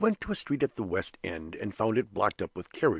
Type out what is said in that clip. we went to a street at the west end, and found it blocked up with carriages.